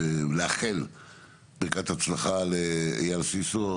לאחל ברכת הצלחה לאייל סיסו,